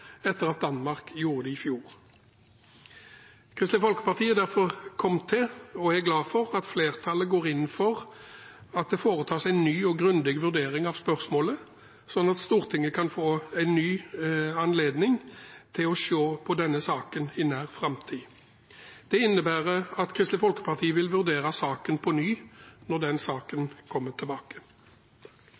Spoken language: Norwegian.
etter at Danmark gjorde det i fjor. Kristelig Folkeparti har derfor kommet til og er glad for at flertallet går inn for at det foretas en ny og grundig vurdering av spørsmålet, slik at Stortinget kan få en ny anledning til å se på denne saken i nær framtid. Det innebærer at Kristelig Folkeparti vil vurdere saken på nytt når den kommer tilbake.